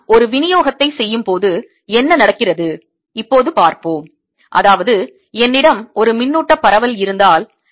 நான் ஒரு விநியோகத்தை செய்யும் போது என்ன நடக்கிறது இப்போது பார்ப்போம் அதாவது என்னிடம் ஒரு மின்னூட்டப் பரவல் இருந்தால்